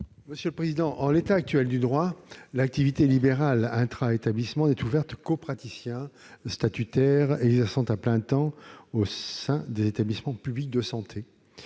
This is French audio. commission ? En l'état actuel du droit, l'activité libérale intra-établissement n'est ouverte qu'aux praticiens statutaires exerçant à plein temps au sein des établissements publics de santé.